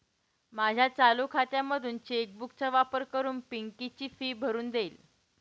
माझ्या चालू खात्यामधून चेक बुक चा वापर करून पिंकी ची फी भरून देईल